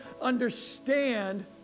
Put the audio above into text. understand